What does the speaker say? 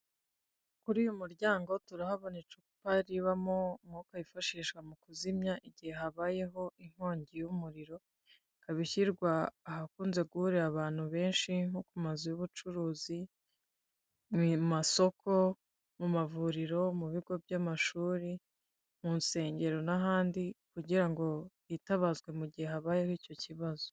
Kuri uyu muryango turahabona icupa ribamo umwuka wifashishwa mu kuzimya, igihe habayeho inkongi y'umuriro. Rikaba rishyirwa ahakunze guhurira abantu benshi, nko kumazu y'ubucuruzi, mu amasoko, mu amavuriro, mu bigo by'amashuri, mu insengero n'ahandi. kugira ngo yitabazwe mu gihe habayeho icyo kibazo.